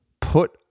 Put